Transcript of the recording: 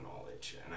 knowledge